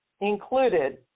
included